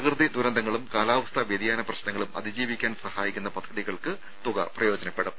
പ്രകൃതി ദുരന്തങ്ങളും കാലാവസ്ഥാ വ്യതിയാന പ്രശ്നങ്ങളും അതിജീവിക്കാൻ സഹായിക്കുന്ന പദ്ധതികൾക്ക് തുക പ്രയോജനപ്പെടുത്തും